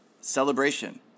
celebration